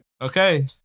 Okay